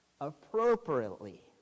appropriately